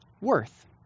worth